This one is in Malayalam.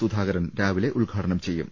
സുധാകരൻ രാവിലെ ഉദ്ഘാടനം ചെയ്യും